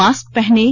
mask पहनें